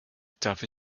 darf